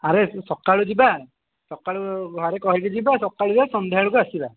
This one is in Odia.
ଆରେ ସକାଳୁ ଯିବା ସକାଳୁ ଘରେ କହିକି ଯିବା ସକାଳୁ ଯିବା ସନ୍ଧ୍ୟାବେଳକୁ ଆସିବା